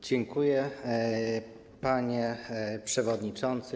Dziękuję, panie przewodniczący.